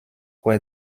were